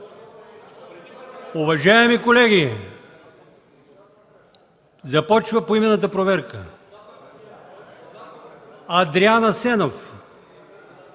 Уважаеми колеги, започва поименната проверка: Адриан Христов